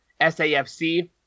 safc